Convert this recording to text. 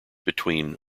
between